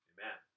Amen